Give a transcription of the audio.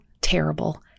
terrible